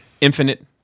infinite